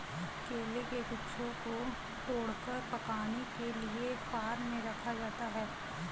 केले के गुच्छों को तोड़कर पकाने के लिए फार्म में रखा जाता है